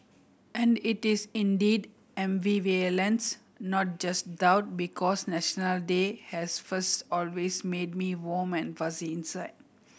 and it is indeed ambivalence not just doubt because National Day has first always made me warm and fuzzy inside